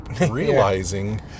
realizing